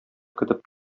көтеп